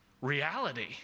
reality